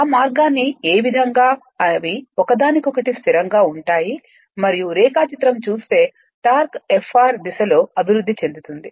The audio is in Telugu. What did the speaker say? ఆ మార్గాన్ని ఏ విధంగా అవి ఒకదానికొకటి స్థిరంగా ఉంటాయి మరియు రేఖాచిత్రం చూస్తే టార్క్ f r దిశలో అభివృద్ధి చెందుతుంది